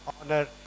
honor